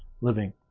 living